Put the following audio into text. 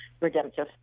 redemptive